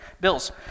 bills